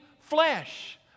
flesh